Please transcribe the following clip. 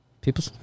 People